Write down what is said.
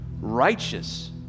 righteous